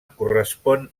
correspon